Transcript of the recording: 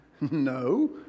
No